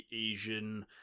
Asian